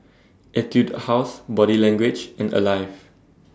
Etude House Body Language and Alive